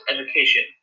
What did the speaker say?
education